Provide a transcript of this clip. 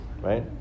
right